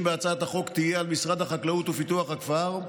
בהצעת החוק תהיה על משרד החקלאות ופיתוח הכפר,